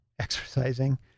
exercising